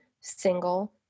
single